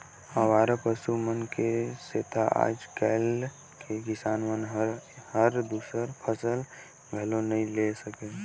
अवारा पसु मन के सेंथा आज कायल के किसान मन हर दूसर फसल घलो नई ले सके